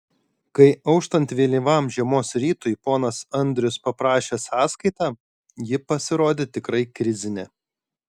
kai auštant vėlyvam žiemos rytui ponas andrius paprašė sąskaitą ji pasirodė tikrai krizinė